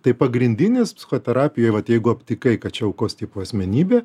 tai pagrindinis psichoterapijoj vat jeigu aptikai kad čia aukos tipo asmenybė